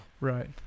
Right